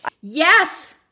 yes